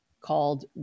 called